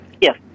Yes